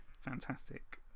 fantastic